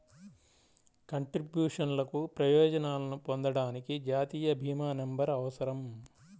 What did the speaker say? కంట్రిబ్యూషన్లకు ప్రయోజనాలను పొందడానికి, జాతీయ భీమా నంబర్అవసరం